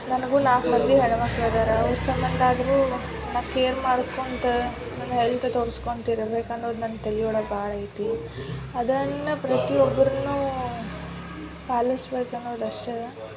ನನಗೂ ನಾಲ್ಕು ಮಂದಿ ಹೆಣ್ಣು ಮಕ್ಳು ಇದಾರೆ ಅವ್ರ ಸಂಬಂಧ ಆದರೂ ನಾ ಕೇರ್ ಮಾಡ್ಕೊತ ನನ್ನ ಹೆಲ್ತ್ ತೋರಿಸ್ಕೊಂತ ಇರ್ಬೇಕನ್ನೋದು ನನ್ನ ತಲೆ ಒಳಗೆ ಭಾಳ ಐತಿ ಅದನ್ನು ಪ್ರತಿಯೊಬ್ರೂನು ಪಾಲಿಸ್ಬೇಕು ಅನ್ನೋದು ಅಷ್ಟೇ